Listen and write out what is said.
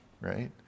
right